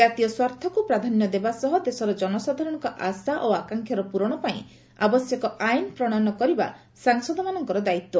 ଜାତୀୟ ସ୍ୱାର୍ଥକୁ ପ୍ରାଧାନ୍ୟ ଦେବା ସହ ଦେଶର ଜନସାଧାରଣଙ୍କ ଆଶା ଓ ଆକାଂକ୍ଷା ପୂରଣ ପାଇଁ ଆବଶ୍ୟକ ଆଇନ ପ୍ରଣୟନ କରିବା ସାଂସଦମାନଙ୍କର ଦାୟିତ୍ୱ